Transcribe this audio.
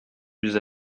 plus